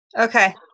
Okay